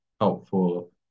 helpful